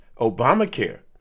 Obamacare